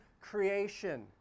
creation